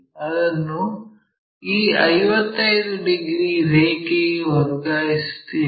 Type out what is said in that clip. ಅದನ್ನು ಈ 55 ಡಿಗ್ರಿ ರೇಖೆಗೆ ವರ್ಗಾಯಿಸುತ್ತೇವೆ